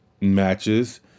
matches